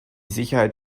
sicherheit